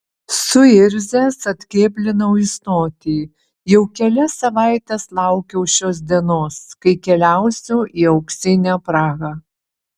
suirzęs atkėblinau į stotį jau kelias savaites laukiau šios dienos kai keliausiu į auksinę prahą